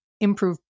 improve